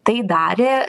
tai darė